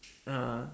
a'ah